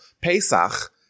Pesach